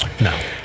No